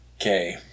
okay